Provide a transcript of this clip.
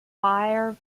fire